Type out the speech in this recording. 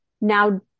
now